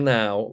now